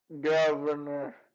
governor